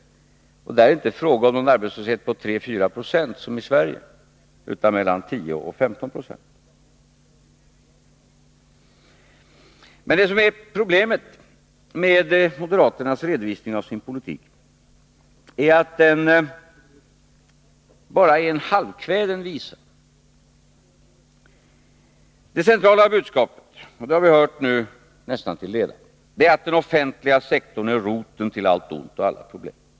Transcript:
Då är det inte fråga om någon arbetslöshet på 3—4 26 som i Sverige utan om en arbetslöshet på 10-15 96. Problemet med moderaternas redovisning av sin politik är att den bara är en halvkväden visa. Det centrala budskapet, och det har vi nu hört nästan till leda, är att den offentliga sektorn är roten till allt ont och till alla problem.